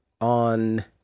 on